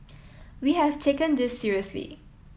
we have taken this seriously